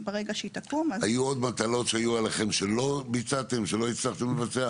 היו עליכם עוד מטלות שלא הצלחתם לבצע,